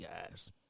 guys